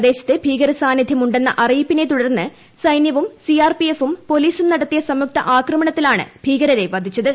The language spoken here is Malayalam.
പ്രദേശത്ത് ഭീകരസാന്നിധ്യം ഉണ്ടെന്ന അറിയിപ്പിനെ തുടർന്ന് സൈനൃവും സി ആർ പി എഫും പോലീസും നടത്തിയ സംയുക്ത ആക്രമണത്തിലാണ് ഭീകരരെ വധിച്ചത്